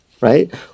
right